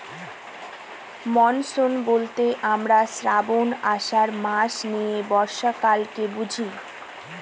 monsoon বলতে আমরা শ্রাবন, আষাঢ় মাস নিয়ে বর্ষাকালকে বুঝি